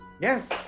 Yes